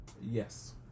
Yes